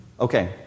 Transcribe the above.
Okay